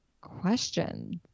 questions